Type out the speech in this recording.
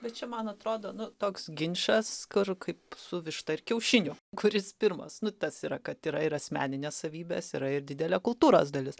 bet čia man atrodo nu toks ginčas kur kaip su višta ir kiaušiniu kuris pirmas nu tas yra kad yra ir asmeninės savybės yra ir didelė kultūros dalis